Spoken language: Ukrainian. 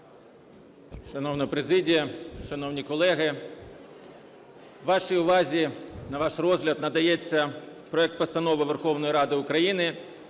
Шановна президія! Шановні колеги! Вашій увазі, на ваш розгляд надається проект Постанови Верховної Ради України